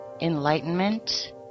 Enlightenment